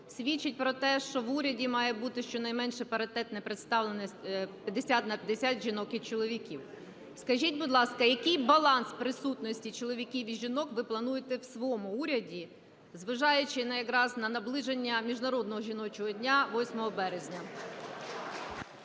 свідчить про те, що в уряді має бути щонайменше паритетна представленість 50 на 50 жінок і чоловіків. Скажіть, будь ласка, який баланс присутності чоловіків і жінок ви плануєте в своєму уряді, зважаючи якраз на наближення Міжнародного жіночого дня 8 березня?